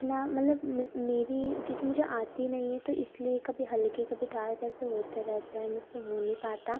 اپنا مطلب میری کیونکہ مجھے آتی نہیں ہے تو اس لیے کبھی ہلکی کبھی ڈارک ایسے ہوتے رہتے ہیں مجھ سے ہو نہیں پاتا